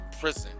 prison